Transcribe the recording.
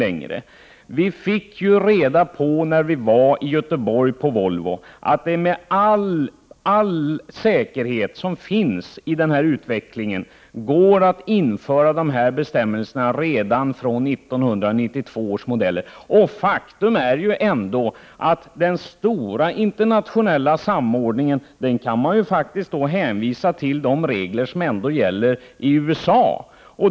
När vi besökte Volvo i Göteborg fick vi reda på att utvecklingen visar att det med all säkerhet går att införa de nämnda bestämmelserna om avgasrening från 1992 års modeller. Det talas om den stora internationella samordningen, men faktum är att man kan hänvisa till de regler som gäller i USA.